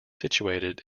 situated